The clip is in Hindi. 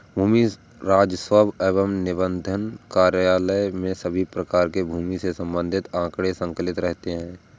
भू राजस्व एवं निबंधन कार्यालय में सभी प्रकार के भूमि से संबंधित आंकड़े संकलित रहते हैं